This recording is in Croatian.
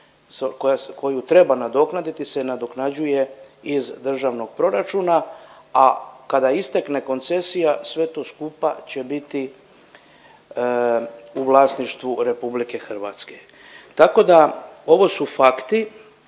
koju treba nadoknaditi se nadoknađuje iz državnog proračuna, a kada istekne koncesija, sve to skupa će biti u vlasništvu RH. Tako da ovo su fakti,